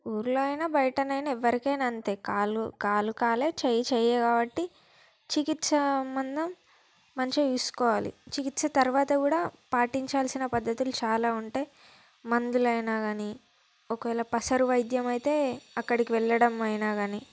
ఊర్లో అయినా బయటనైనా ఎవ్వరికైనా అంతే కాలు కాలు కాలే చెయ్యి చెయ్యే కాబట్టి చికిత్స ముందు మంచిగ చూసుకోవాలి చికిత్స తర్వాత కూడా పాటించాల్సిన పద్ధతులు చాలా ఉంటాయి మందులు అయినా కానీ ఒకవేళ పసరువైద్యం అయితే అక్కడికి వెళ్ళడం అయినా కానీ